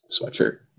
sweatshirt